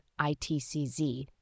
ITCZ